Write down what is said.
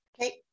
Okay